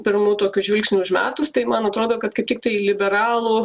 pirmu tokiu žvilgsniu užmetus tai man atrodo kad kaip tiktai liberalų